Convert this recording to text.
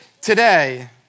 today